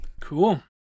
Cool